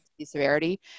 severity